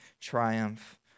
triumph